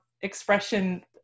expression